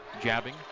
Jabbing